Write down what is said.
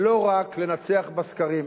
ולא רק לנצח בסקרים?